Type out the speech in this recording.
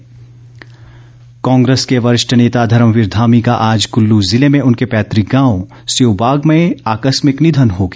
निधन कांग्रेस के वरिष्ठ नेता धर्मवीर धामी का आज कुल्लू ज़िले में उनके पैतुक गांव सेऊबाग में आकस्मिक निधन हो गया